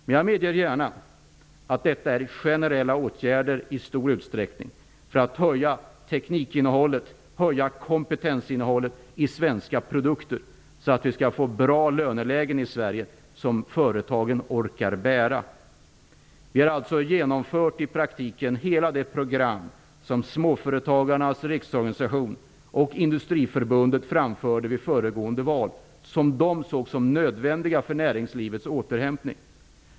Men jag medger gärna att detta i stor utsträckning är generella åtgärder för att höja teknikinnehållet och kompetensinnehållet i svenska produkter för att vi i Sverige skall få sådana lönelägen som företagen orkar bära. I praktiken har vi alltså genomfört hela det program som Industriförbundet framförde vid föregående val och som de såg som nödvändigt för näringslivets återhämtning.